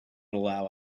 allow